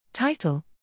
Title